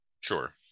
Sure